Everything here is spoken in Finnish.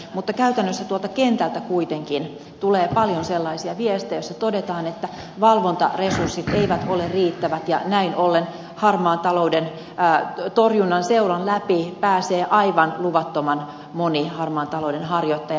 mutta käytännössä tuolta kentältä kuitenkin tulee paljon sellaisia viestejä joissa todetaan että valvontaresurssit eivät ole riittävät ja näin ollen harmaan talouden torjunnan seulan läpi pääsee aivan luvattoman moni harmaan talouden harjoittaja